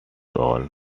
oil